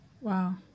wow